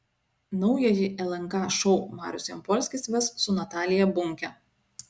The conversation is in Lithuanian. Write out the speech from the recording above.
naująjį lnk šou marius jampolskis ves su natalija bunke